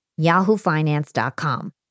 yahoofinance.com